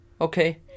okay